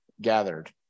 gathered